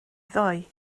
ddoe